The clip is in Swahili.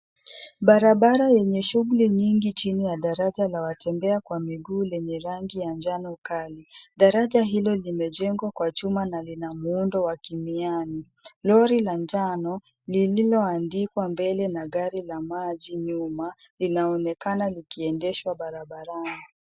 Barabara yenye shughuli nyingi chini ya daraja la watembea kwa miguu lenye rangi ya njano kali. Daraja hilo limejengwa kwa chuma na lina muundo wa kimiani. Lori la njano lililoandikwa mbele na gari la maji nyuma linaonekana likiendeshwa barabarani.